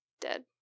dead